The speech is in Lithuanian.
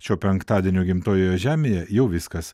šio penktadienio gimtojoje žemėje jau viskas